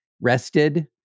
rested